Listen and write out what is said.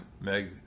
Meg